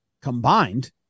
combined